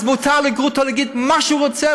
אז מותר לגרוטו להגיד מה שהוא רוצה,